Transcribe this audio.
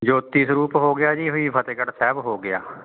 ਜੋਤੀ ਸਰੂਪ ਹੋ ਗਿਆ ਜੀ ਹੋਈ ਫਤਿਹਗੜ੍ਹ ਸਾਹਿਬ ਹੋ ਗਿਆ